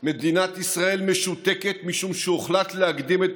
מדינת ישראל משותקת משום שהוחלט להקדים את